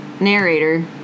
narrator